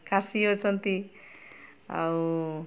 ଖାସୀ ଅଛନ୍ତି ଆଉ